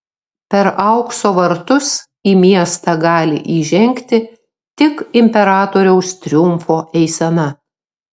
per aukso vartus į miestą gali įžengti tik imperatoriaus triumfo eisena